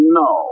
no